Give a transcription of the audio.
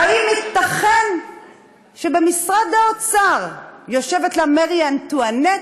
האם ייתכן שבמשרד האוצר יושבת לה מרי אנטואנט?